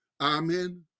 Amen